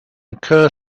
occur